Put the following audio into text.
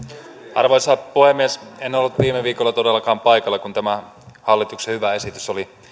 arvoisa puhemies en ollut viime viikolla todellakaan paikalla kun tämä hallituksen hyvä esitys oli